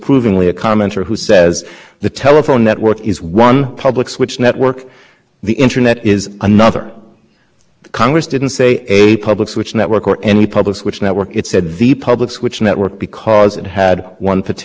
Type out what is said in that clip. public switch network it said the public switch network because it had one particular network in mind and the only other point i would want to make about this wireless issue is that this was another instance in which the notice violation was